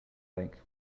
like